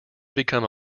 become